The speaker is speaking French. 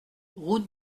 route